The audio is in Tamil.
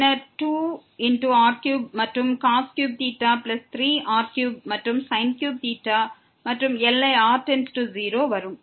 பின்னர் 2 r3 மற்றும் 3r3 மற்றும் மற்றும் எல்லை r→0 வரும்